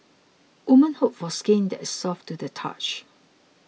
women hope for skin that is soft to the touch